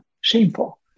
shameful